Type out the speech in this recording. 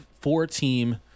four-team